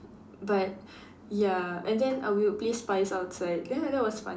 but ya and then uh we would play spies outside ya that was fun